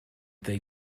they